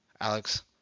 Alex